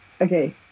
okay